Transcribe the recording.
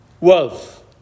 wealth